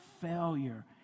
failure